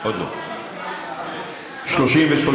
2018, לוועדת החוקה, חוק ומשפט נתקבלה.